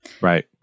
Right